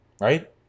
right